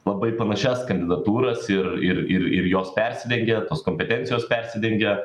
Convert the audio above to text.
labai panašias kandidatūras ir ir ir ir jos persidengia tos kompetencijos persidengia